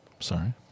Sorry